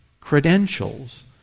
credentials